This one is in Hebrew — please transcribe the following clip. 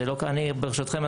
אני ברשותכם,